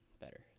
better